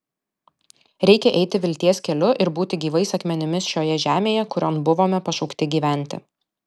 reikia eiti vilties keliu ir būti gyvais akmenimis šioje žemėje kurion buvome pašaukti gyventi